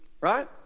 right